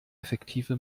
effektive